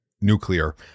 nuclear